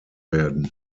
werden